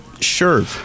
sure